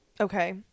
Okay